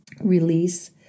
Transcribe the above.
release